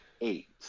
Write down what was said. eight